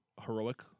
heroic